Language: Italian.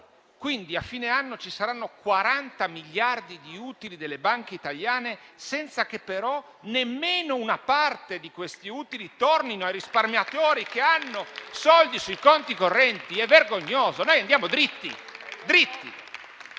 quindi a fine anno ci saranno 40 miliardi di utili delle banche italiane senza che però nemmeno una parte di questi utili tornino ai risparmiatori che hanno soldi sui conti correnti». È vergognoso! Noi andiamo dritti.